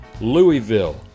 Louisville